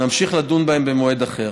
נמשיך לדון בהם במועד אחד.